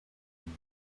and